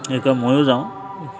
এনেকুৱা ময়ো যাওঁ